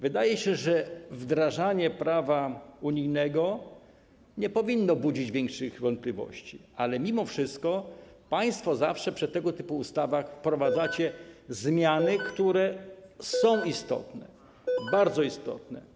Wydaje się, że wdrażanie prawa unijnego nie powinno budzić większych wątpliwości, ale państwo zawsze przy tego typu ustawach wprowadzacie zmiany, które są istotne, bardzo istotne.